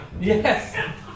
Yes